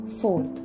Fourth